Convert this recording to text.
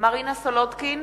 מרינה סולודקין,